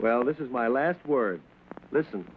well this is my last word listen